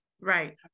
Right